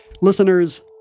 Listeners